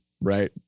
right